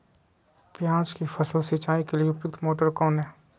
प्याज की फसल सिंचाई के लिए उपयुक्त मोटर कौन है?